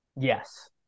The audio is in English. Yes